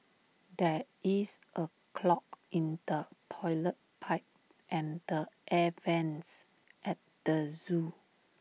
there is A clog in the Toilet Pipe and the air Vents at the Zoo